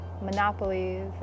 monopolies